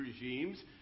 regimes